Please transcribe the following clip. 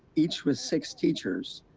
each with six teachers,